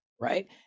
right